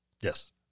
Yes